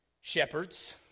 shepherds